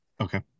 okay